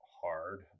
hard